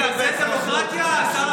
זה דמוקרטיה?